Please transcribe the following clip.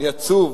אני עצוב.